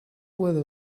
weather